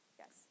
yes